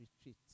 retreat